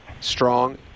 strong